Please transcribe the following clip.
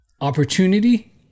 opportunity